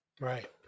Right